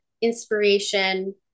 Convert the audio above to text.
inspiration